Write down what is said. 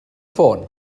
ffôn